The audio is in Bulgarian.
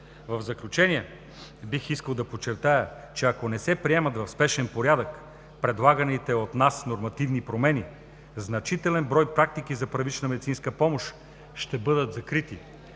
В заключение бих искал да подчертая, че ако не се приемат в спешен порядък предлаганите от нас нормативни промени, значителен брой практики за първична медицинска помощ ще бъдат закрити,